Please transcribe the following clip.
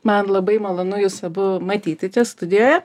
man labai malonu jus abu matyti čia studijoje